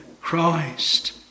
Christ